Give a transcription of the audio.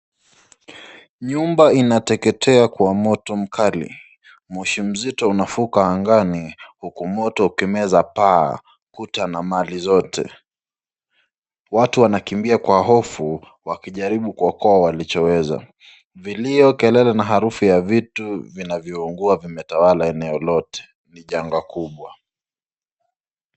Nyumba inateketea kwa moto mkali, moshi mzito unavuka angani, huku moto ukimeza paa, kuta na mali zote. Watu wanakimbia kwa hofu wakijaribu kuokoa walichoweza, vilio, kelele na harufu ya vitu vinavyo ungua vimetawala eneo lote, ni janga kubwa.